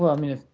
i mean,